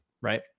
right